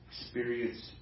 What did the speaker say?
experience